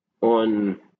on